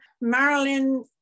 Marilyn